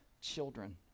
children